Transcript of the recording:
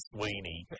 Sweeney